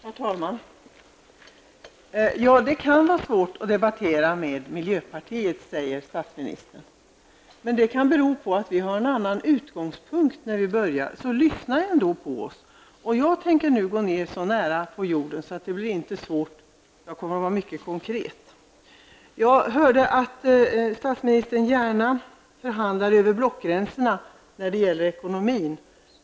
Herr talman! Det kan vara svårt att debattera med miljöpartiet, säger statsministern. Det kan bero på att vi har en annan utgångspunkt när vi börjar, så lyssna ändå på oss. Jag tänker nu vara mycket konkret, så det blir inte svårt. Jag hörde att statsministern gärna förhandlar över blockgränserna när det gäller ekonomin.